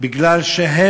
זה כי הם,